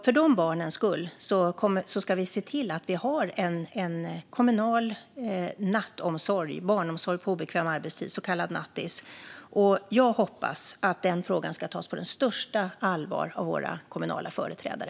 För de barnens skull ska vi se till att vi har en kommunal nattomsorg, barnomsorg på obekväm arbetstid, ett så kallat nattis. Jag hoppas att den frågan ska tas på största allvar av våra kommunala företrädare.